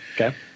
Okay